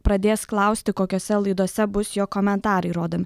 pradės klausti kokiose laidose bus jo komentarai rodom